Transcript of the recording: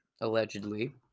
allegedly